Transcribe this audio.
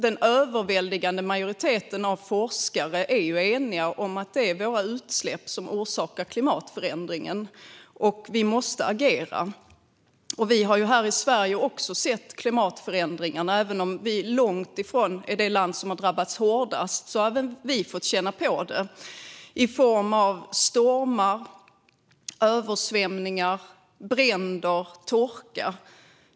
Den överväldigande majoriteten forskare är också eniga om att det är våra utsläpp som orsakar klimatförändringarna och att vi måste agera. Här i Sverige har vi också sett klimatförändringarna. Trots att vi långt ifrån är det land som drabbats hårdast har även vi fått känna på det i form av stormar, översvämningar, bränder och torka.